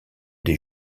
des